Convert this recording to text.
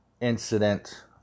incident